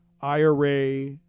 IRA